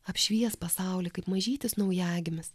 apšvies pasaulį kaip mažytis naujagimis